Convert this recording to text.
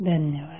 धन्यवाद